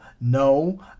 no